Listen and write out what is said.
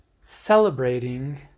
celebrating